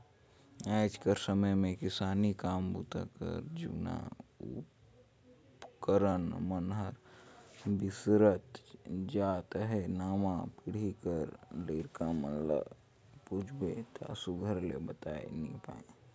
आएज कर समे मे किसानी काम बूता कर जूना उपकरन मन हर बिसरत जात अहे नावा पीढ़ी कर लरिका मन ल पूछबे ता सुग्घर ले बताए नी पाए